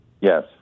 Yes